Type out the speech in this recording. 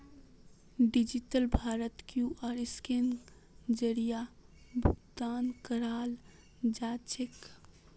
digital भारतत QR scanner जरीए भुकतान कराल जाछेक